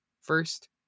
first